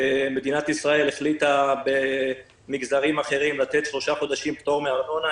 מדינת ישראל החליטה במגזרים אחרים לתת שלושה חודשים פטור מארנונה.